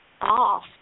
off